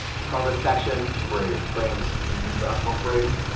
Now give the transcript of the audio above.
i call this section frames. frames. do you use natural frames?